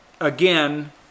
again